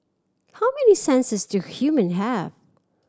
how many senses do human have